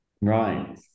Right